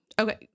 Okay